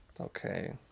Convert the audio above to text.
okay